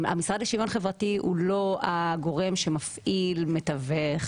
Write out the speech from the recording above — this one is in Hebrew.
המשרד לשוויון חברתי הוא לא הגורם שמפעיל מתווך,